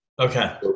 Okay